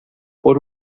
por